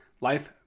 life